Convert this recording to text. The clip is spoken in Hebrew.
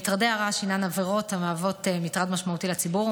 מטרדי הרעש הם עבירות המהוות מטרד משמעותי לציבור,